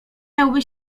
miałby